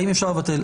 האם אפשר לבטל.